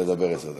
לדבר עשר דקות.